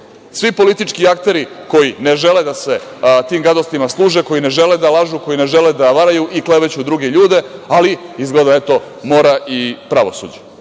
svi politički akteri koji ne žele da se tim gadostima služe, koji ne žele da lažu, koji ne žele da varaju i kleveću druge ljude, ali izgleda da mora i pravosuđe. Dakle,